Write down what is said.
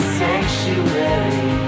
sanctuary